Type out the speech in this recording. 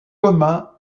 communs